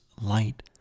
light